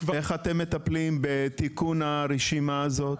איך אתם מטפלים בתיקון הרשימה הזאת?